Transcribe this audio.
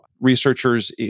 researchers